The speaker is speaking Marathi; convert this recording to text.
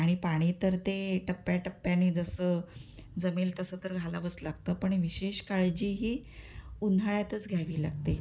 आणि पाणी तर ते टप्प्याटप्प्याने जसं जमेल तसं तर घालावंच लागतं पण विशेष काळजी ही उन्हाळ्यातच घ्यावी लागते